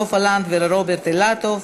סופה לנדבר ורוברט אילטוב.